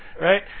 right